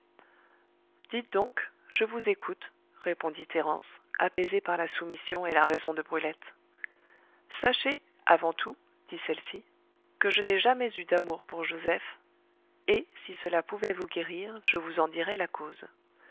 dites donc je vous écoute répondit thérence apaisée par la soumission et la raison de brulette sachez avant tout dit celle-ci que je n'ai jamais eu d'amour pour joseph et si cela pouvait vous guérir je vous en dirais la cause